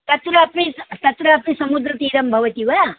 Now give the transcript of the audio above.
तत्रापि तत्रापि समुद्रतीरं भवति वा